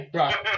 right